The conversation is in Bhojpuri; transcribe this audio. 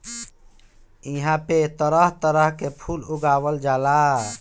इहां पे तरह तरह के फूल उगावल जाला